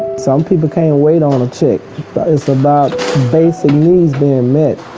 some people can't wait on a check. it's about basic needs being met.